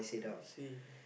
I see